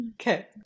Okay